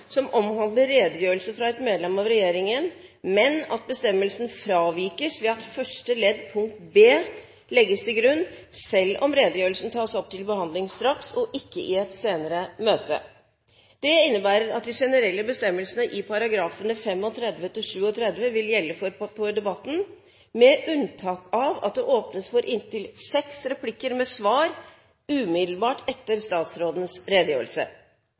som omhandler redegjørelse fra et medlem av regjeringen, men bestemmelsen fravikes ved at første ledd punkt b legges til grunn selv om redegjørelsen tas opp til behandling straks og ikke i et senere møte. Det innebærer at de generelle bestemmelsene i §§ 35–37 vil gjelde for debatten, med unntak av at det åpnes for inntil seks replikker med svar umiddelbart etter statsrådens redegjørelse.